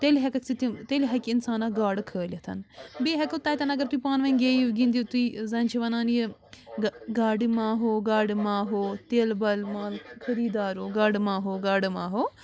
تیٚلہِ ہٮ۪کَکھ ژٕ تِم تیٚلہِ ہٮ۪کہِ اِنسان اَکھ گاڈٕ کھٲلِتھ بیٚیہِ ہٮ۪کو تَتٮ۪ن اگر تُہۍ پانہٕ ؤنۍ گیٚیِو گِنٛدِو تُہۍ زَن چھِ وَنان یہِ گاڈٕ ماہو گاڈٕ ماہو تیلہٕ بَل مال خٔریٖدارو گاڈٕ ماہو گاڈٕ ماہو